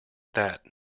that